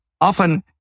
Often